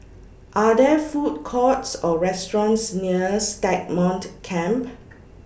Are There Food Courts Or restaurants near Stagmont Camp